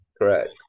correct